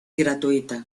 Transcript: gratuita